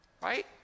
right